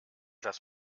das